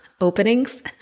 openings